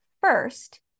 first